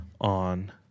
on